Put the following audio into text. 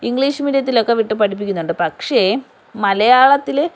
English മീഡ്യത്തിലൊക്കെ വിട്ട് പഠിപ്പിക്കുന്നുണ്ട് പക്ഷേ മലയാളത്തിൽ